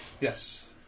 Yes